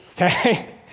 okay